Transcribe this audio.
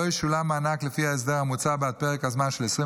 לא ישולם מענק לפי ההסדר המוצע בעד פרק הזמן של 21